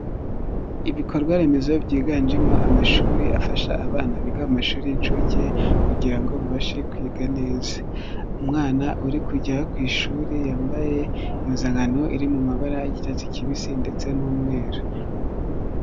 Ibikorwa remezo byiganjemo amashuri afasha abana biga amashuri y'incuke kugira ngo babashe kwiga neza, umwana uri kujya ku ishuri yambaye impuzankano iri mu mabara y'icyatsi kibisi ndetse n'umweru.